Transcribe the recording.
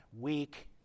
weak